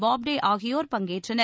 பாப்டே ஆகியோர் பங்கேற்றனர்